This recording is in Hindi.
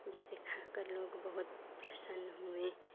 जिसे खाकर लोग बहुत प्रसन्न हुए